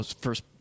first